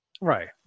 right